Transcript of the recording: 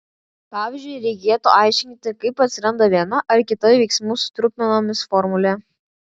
pavyzdžiui reikėtų aiškinti kaip atsiranda viena ar kita veiksmų su trupmenomis formulė